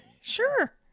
Sure